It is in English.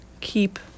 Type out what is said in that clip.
keep